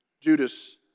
Judas